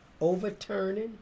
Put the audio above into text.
overturning